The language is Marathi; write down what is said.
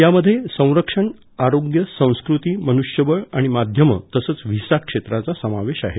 यामध्ये संरक्षण आरोग्य संस्कृती मनुष्यबळ आणि माध्यमं तसंच व्हीसा क्षेत्राचा समावेश आहे